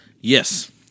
Yes